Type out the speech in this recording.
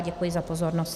Děkuji za pozornost.